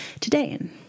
today